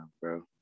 bro